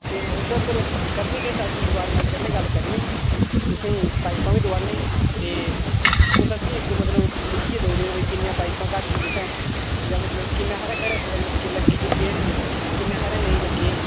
ते ओह्दे उप्पर करने किश अस डिपार्टमैंट कन्नै गल्ल करनी तुसेंईं पाइपां बी दोआने ते तुस असेंगी इक मतलब लिखियै देई ओड़ेओ किन्नियां पाइपां घट्ट न तुसैं जां मतलब किन्ने थाह्रै घरें थोआड़े नलके लग्गी चुके दे किन्ने थाह्रै नेईं लग्गे